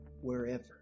wherever